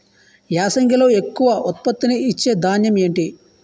యాసంగిలో ఎక్కువ ఉత్పత్తిని ఇచే ధాన్యం ఏంటి?